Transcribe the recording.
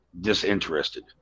disinterested